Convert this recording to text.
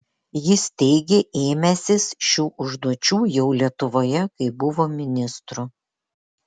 jis teigė ėmęsis šių užduočių jau lietuvoje kai buvo ministru